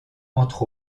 entre